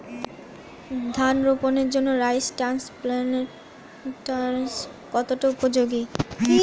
ধান রোপণের জন্য রাইস ট্রান্সপ্লান্টারস্ কতটা উপযোগী?